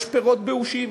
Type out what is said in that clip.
יש פירות באושים,